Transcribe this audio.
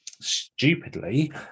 stupidly